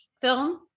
film